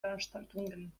veranstaltungen